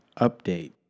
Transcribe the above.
update